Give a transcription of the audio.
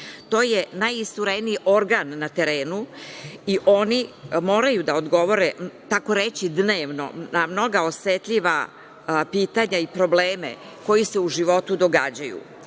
To je najistureniji organ na terenu i oni moraju da odgovore, takoreći dnevno, na mnoga osetljiva pitanja i probleme koji se u životu događaju.